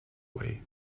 way